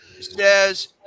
says